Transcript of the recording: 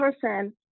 person